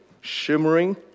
shimmering